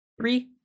three